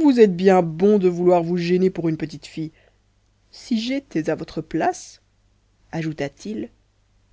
vous êtes bien bon de vouloir vous gêner pour une petite fille si j'étais à votre place ajouta-t-il